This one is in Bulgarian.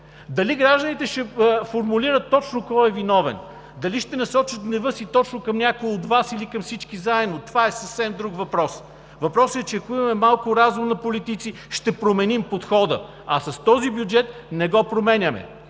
Дали гражданите ще формулират точно кой е виновен, дали ще насочат гнева си точно към някой от Вас или към всички заедно – това е съвсем друг въпрос. Въпросът е, че ако имаме малко разум на политици, ще променим подхода, а с този бюджет не го променяме.